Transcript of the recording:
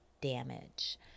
damage